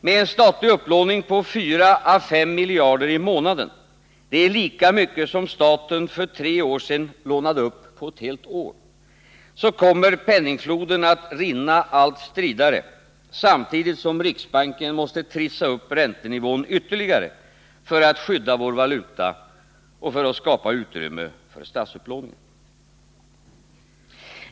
Med en statlig upplåning på 4-5 miljarder kronor i månaden — det är lika mycket som staten för tre år sedan lånade upp på ett helt år - kommer penningfloden att rinna allt stridare, samtidigt som riksbanken måste trissa upp räntenivån ytterligare för att skydda vår valuta och skapa utrymme för statsupplåningen.